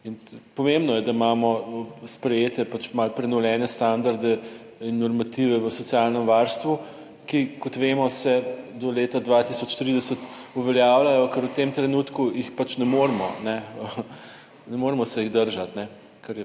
pomembno je, da imamo sprejete pač malo prenovljene standarde in normative v socialnem varstvu, ki, kot vemo, se do leta 2030 uveljavljajo, ker v tem trenutku jih pač ne moremo, ne, ne moremo se jih držati, ne ker je